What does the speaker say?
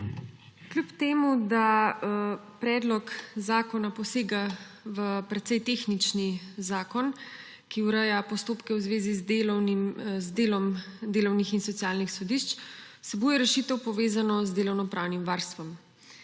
Čeprav predlog zakona posega v precej tehnični zakon, ki ureja postopke v zvezi z delom delovnih in socialnih sodišč, vsebuje rešitev, povezano z delovnopravnim varstvom.